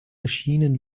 erschienen